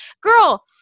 girl